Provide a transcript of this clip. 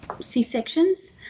C-sections